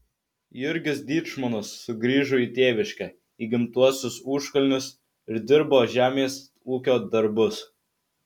jurgis dyčmonas sugrįžo į tėviškę į gimtuosius užkalnius ir dirbo žemės ūkio darbus